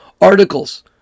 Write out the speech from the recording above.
articles